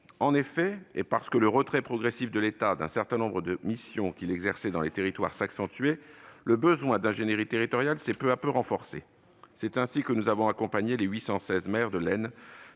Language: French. En effet, parce que le retrait progressif de l'État d'un certain nombre de missions qu'il exerçait dans les territoires s'accentuait, le besoin d'ingénierie territoriale a crû peu à peu. C'est ainsi que nous avons accompagné les 816 maires de l'Aisne,